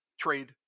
trade